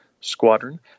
squadron